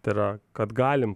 tai yra kad galim